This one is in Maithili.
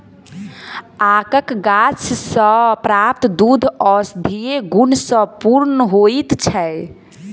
आकक गाछ सॅ प्राप्त दूध औषधीय गुण सॅ पूर्ण होइत छै